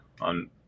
on